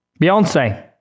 Beyonce